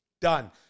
done